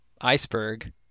iceberg